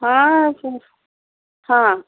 ହଁ ହଁ